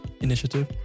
Initiative